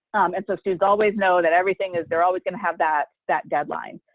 and so students always know that everything is, they're always going have that that deadline.